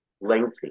lengthy